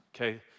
okay